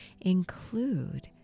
include